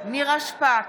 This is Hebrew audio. נירה שפק,